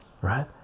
right